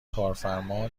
کارفرما